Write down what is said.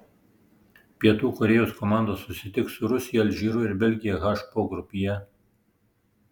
pietų korėjos komanda susitiks su rusija alžyru ir belgija h pogrupyje